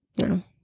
No